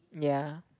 ya